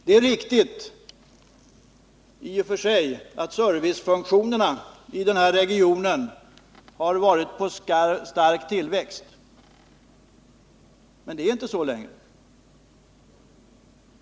Det är riktigt i och för sig att servicefunktionerna i den här regionen har varit i stark tillväxt, men det är inte så längre.